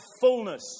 fullness